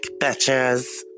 bitches